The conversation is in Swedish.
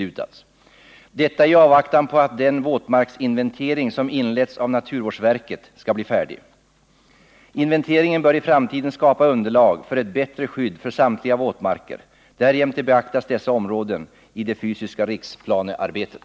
Detta har skett i avvaktan på att den våtmarksinventering som inletts av naturvårdsverket skall bli färdig. Inventeringen bör i framtiden skapa underlag för ett bättre skydd för samtliga våtmarker. Därjämte beaktas dessa områden i det fysiska riksplanearbetet.